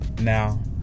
Now